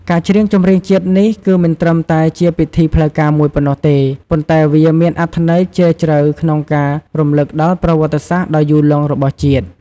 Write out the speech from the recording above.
ការច្រៀងចម្រៀងជាតិនេះ គឺមិនត្រឹមតែជាពិធីផ្លូវការមួយប៉ុណ្ណោះទេ ប៉ុន្តែវាមានអត្ថន័យជ្រាលជ្រៅក្នុងការ រំលឹកដល់ប្រវត្តិសាស្ត្រដ៏យូរលង់របស់ជាតិ។